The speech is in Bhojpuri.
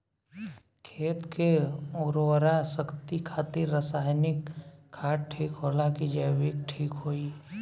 खेत के उरवरा शक्ति खातिर रसायानिक खाद ठीक होला कि जैविक़ ठीक होई?